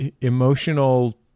emotional